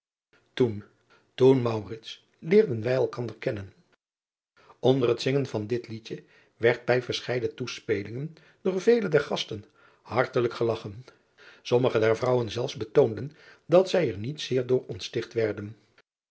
toen toen leerden wij elkander kennen nder het zingen van dit liedje werd bij verscheiden toespelingen door vele der gasten hartelijk gelagchen sommige der vrouwen zelfs betoonden dat zij er niet zeer door onsticht werden